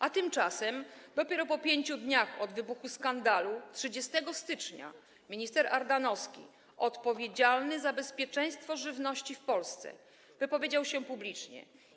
A tymczasem dopiero po 5 dniach od wybuchu skandalu, 30 stycznia, minister Ardanowski, odpowiedzialny za bezpieczeństwo żywności w Polsce, wypowiedział się publicznie.